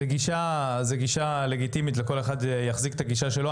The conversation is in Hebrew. זה גישה לגיטימית וכל אחד יחזיק את הגישה שלו.